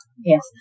Yes